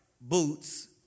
boots